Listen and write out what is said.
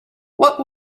what